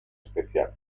espacial